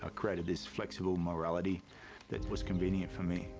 ah created this flexible morality that was convenient for me,